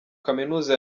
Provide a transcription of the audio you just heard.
kaminuza